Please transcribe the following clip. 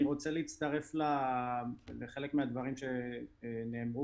אני רוצה להצטרף לחלק מהדברים שנאמרו